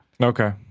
Okay